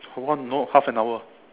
for one no half an hour